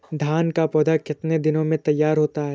धान का पौधा कितने दिनों में तैयार होता है?